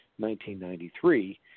1993